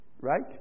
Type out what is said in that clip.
Right